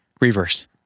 Reverse